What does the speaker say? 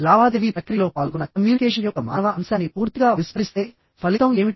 లావాదేవీ ప్రక్రియలో పాల్గొన్న కమ్యూనికేషన్ యొక్క మానవ అంశాన్ని పూర్తిగా విస్మరిస్తే ఫలితం ఏమిటి